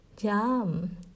Yum